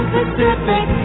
Pacific